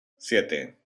siete